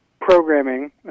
programming